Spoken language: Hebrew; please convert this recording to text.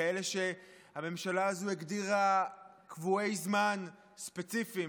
כאלה שהממשלה הזו הגדירה להם קבועי זמן ספציפיים: